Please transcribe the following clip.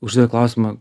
uždavė klausimą